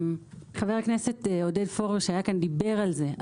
חבר הכנסת עודד פורר, שהיה כאן, דיבר על זה.